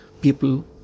people